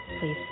Please